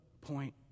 point